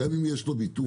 גם אם יש לו ביטוח,